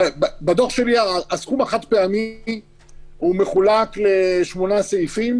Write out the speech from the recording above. בדוח שלי הסכום החד-פעמי מחולק לשמונה סעיפים